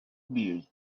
beard